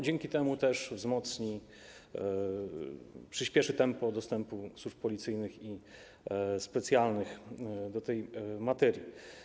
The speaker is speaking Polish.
Dzięki temu też wzmocni, przyspieszy tempo dostępu służb policyjnych i specjalnych do tej materii.